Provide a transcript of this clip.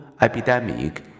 epidemic